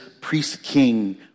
priest-king